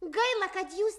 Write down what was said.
gaila kad jūs